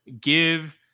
Give